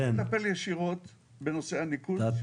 אני מטפל ישירות בנושא הניקוז.